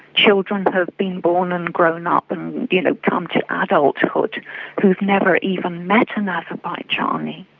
children have been born and grown up and you know come to adulthood who have never even met an azerbaijani.